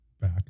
back